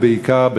ובעיקר,